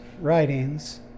writings